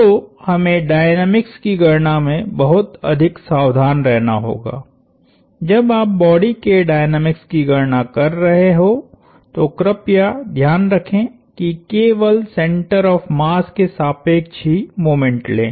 तो हमें डायनामिक्स की गणना में बहुत अधिक सावधान रहना होगा जब आप बॉडी के डायनामिक्स की गणना कर रहे हों तो कृपया ध्यान रखें कि केवल सेंटर ऑफ़ मास के सापेक्ष ही मोमेंट लें